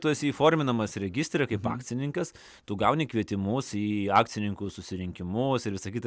tu esi įforminamas registre kaip akcininkas tu gauni kvietimus į akcininkų susirinkimus ir visa kita